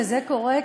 וזה קורה,